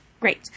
Great